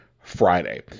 Friday